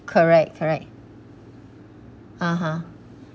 correct correct (uh huh)